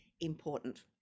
important